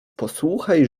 posłuchaj